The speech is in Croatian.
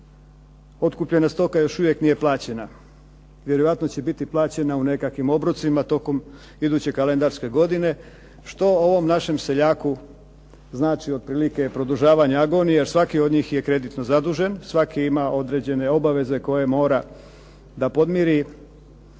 otkupljena stoka još uvijek nije plaćena. Vjerojatno će biti plaćena u nekakvim obrocima tokom iduće kalendarske godine što ovom našem seljaku znači otprilike produžavanje agonije jer svaki od njih je kreditno zadužen, svaki ima određene obaveze koje mora da podmiri